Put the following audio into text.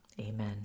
Amen